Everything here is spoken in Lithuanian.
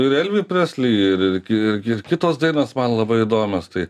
ir elvį preslį ir ki ir kitos dainos man labai įdomios tai